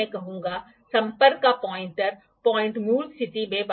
अधिकांश मिस्त्री यह मापने के लिए स्पिरिट लेवल का उपयोग करते हैं कि सतह समतल है या नहीं